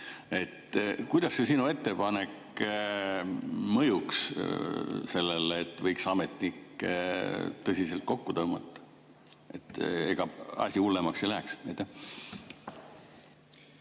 Kuidas sinu ettepanek mõjuks sellele, et võiks ametnikke tõsiselt kokku tõmmata? Ega asi hullemaks ei läheks?